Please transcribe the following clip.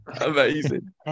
Amazing